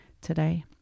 today